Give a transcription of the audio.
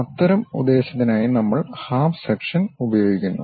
അത്തരം ഉദ്ദേശ്യത്തിനായി നമ്മൾ ഹാഫ് സെക്ഷൻ ഉപയോഗിക്കുന്നു